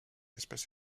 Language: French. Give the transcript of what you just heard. espèce